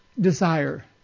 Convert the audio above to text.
desire